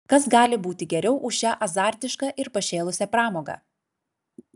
kas gali būti geriau už šią azartišką ir pašėlusią pramogą